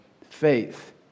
Faith